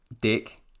Dick